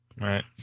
right